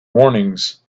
warnings